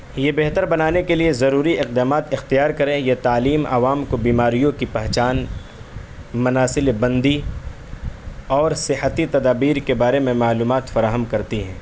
یہ بہتر بنانے کے لیے ضروری اقدامات اختیار کریں یہ تعلیم عوام کو بیماریوں کی پہچان مناسل بندی اور صحتی تدابیر کے بارے میں معلومات فراہم کرتی ہے